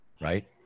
right